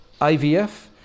IVF